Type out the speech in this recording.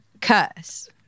curse